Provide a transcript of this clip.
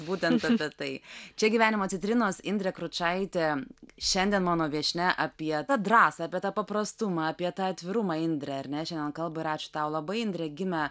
būtent apie tai čia gyvenimo citrinos indrė kručaitė šiandien mano viešnia apie tą drąsą apie tą paprastumą apie tą atvirumą indre ar ne šiandien kalba ir ačiū tau labai indrė gimė